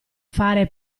fare